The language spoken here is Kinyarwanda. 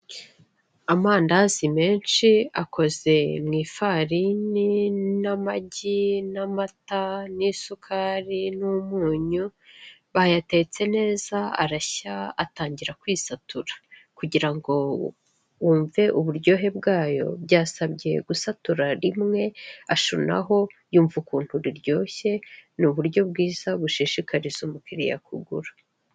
Amandazi menshi akoze mu ifarini n'amagi n'amata n'isukari n'umunyu bayatetse neza arashya atangira kwisatura, kugira ngo wumve uburyohe bwayo byasabye gusatura rimwe ashunaho yumva ukuntu riryoshye n'uburyo bwiza bushishikariza umukiriya kugura.